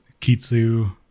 Kitsu